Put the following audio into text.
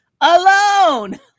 alone